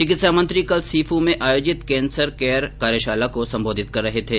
चिकित्सा मंत्री कल सीफू में आयोजित कैंसर केयर कार्यशाला को सम्बोधित कर रहे थे